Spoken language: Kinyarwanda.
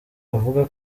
avuga